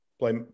play